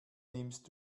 nimmst